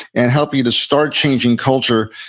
and help you to start changing culture.